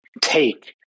Take